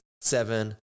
seven